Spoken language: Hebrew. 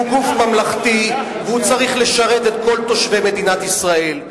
הוא גוף ממלכתי והוא צריך לשרת את כל תושבי מדינת ישראל,